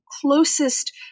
closest